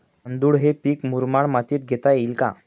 तांदूळ हे पीक मुरमाड मातीत घेता येईल का?